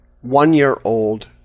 one-year-old